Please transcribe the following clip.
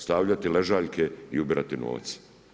Stavljati ležaljke i ubirati novac.